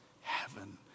Heaven